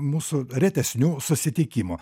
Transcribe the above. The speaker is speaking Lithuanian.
mūsų retesnių susitikimų